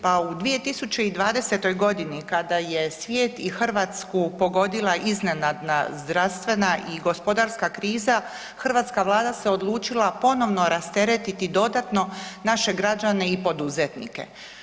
Pa u 2020. godini kada je svijet i Hrvatsku pogodila iznenadna zdravstvena i gospodarska kriza hrvatska Vlada se odlučila ponovno rasteretiti dodatno naše građane i poduzetnike.